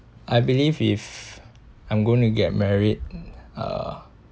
I believe if I'm going to get married uh